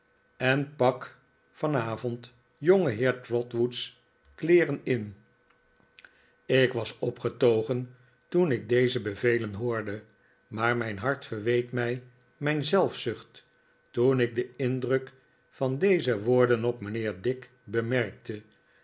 en pak vanavond jongeheer trotwood's kleeren in ik was opgetogen toen ik deze bevelen hoorde maar mijn hart verweet mij mijn zelfzucht toen ik den indruk van deze woorden op mijnheer dick bemerkte